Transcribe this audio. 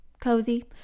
cozy